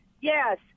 Yes